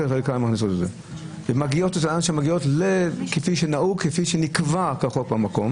הן מגיעות לאן שהן מגיעות כפי שנקבע במקום.